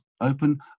Open